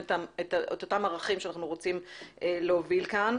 את אותם ערכים שאנחנו רוצים להוביל כאן.